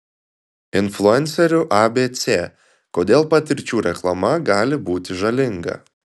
influencerių abc kodėl patirčių reklama gali būti žalinga